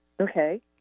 Okay